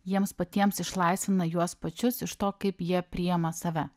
jiems patiems išlaisvina juos pačius iš to kaip jie priima save